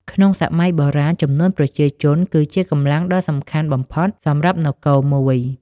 ក្នុងសម័យបុរាណ ចំនួនប្រជាជនគឺជា កម្លាំងដ៏សំខាន់ បំផុតសម្រាប់នគរមួយ។